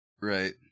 Right